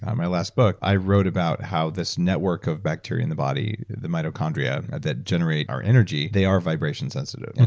um my last book, i wrote about how this network of bacteria in the body, the mitochondria that generate our energy, they are vibration sensitive.